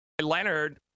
Leonard